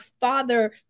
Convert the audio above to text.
father